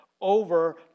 over